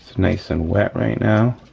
nice and wet right now.